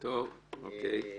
אוקיי.